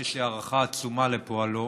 שיש לי הערכה עצומה לפועלו.